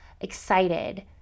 excited